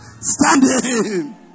standing